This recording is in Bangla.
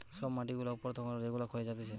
সব মাটি গুলা উপর তখন যেগুলা ক্ষয়ে যাতিছে